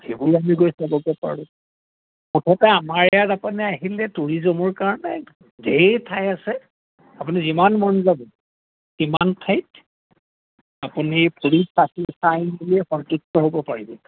সেইবোৰ আমি গৈ চাবগে পাৰোঁ মুঠতে আমাৰ ইয়াত আপুনি আহিলে টুৰিজমৰ কাৰণে ধেৰ ঠাই আছে আপুনি যিমান মন যাব সিমান ঠাইত আপুনি ফুৰি চাকি চাই দিয়ে সন্তুষ্ট হ'ব পাৰিব